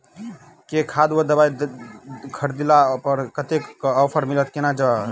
केँ खाद वा दवाई खरीदला पर कतेक केँ ऑफर मिलत केना जानब?